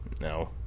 No